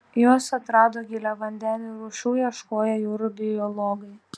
juos atrado giliavandenių rūšių ieškoję jūrų biologai